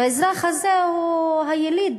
האזרח הזה הוא היליד,